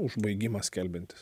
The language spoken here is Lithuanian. užbaigimą skelbiantis